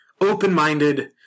open-minded